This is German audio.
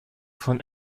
von